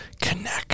connect